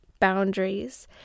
boundaries